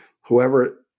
whoever